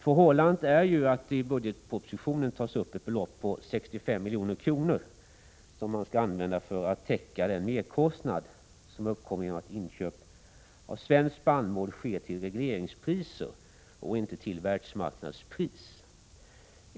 Förhållandet är att i budgetpropositionen tas upp ett belopp på 65 milj.kr. som skall användas för att täcka den merkostnad som uppkommer genom att inköp av svenskt spannmål sker till regleringspriser och inte till världsmarknadspris.